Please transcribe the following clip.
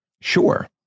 Sure